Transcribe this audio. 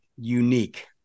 Unique